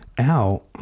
out